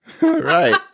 Right